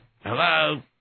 Hello